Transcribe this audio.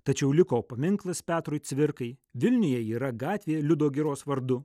tačiau liko paminklas petrui cvirkai vilniuje yra gatvė liudo giros vardu